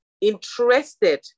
interested